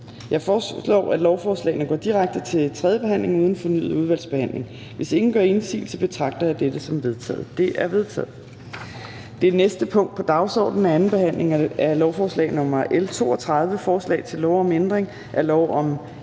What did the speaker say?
Jeg foreslår, at lovforslaget går direkte til tredje behandling uden fornyet udvalgsbehandling. Hvis ingen gør indsigelse, betragter jeg dette som vedtaget. Det er vedtaget. --- Det næste punkt på dagsordenen er: 18) 2. behandling af lovforslag nr. L 90: Forslag til lov om ændring af lov om afgift